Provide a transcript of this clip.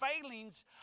failings